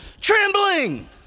Trembling